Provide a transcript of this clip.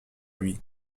lui